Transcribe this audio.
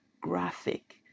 graphic